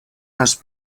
has